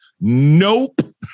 nope